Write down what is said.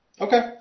Okay